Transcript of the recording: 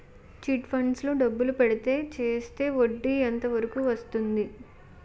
Chit funds లో డబ్బులు పెడితే చేస్తే వడ్డీ ఎంత వరకు వస్తుంది?